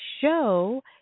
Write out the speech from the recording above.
show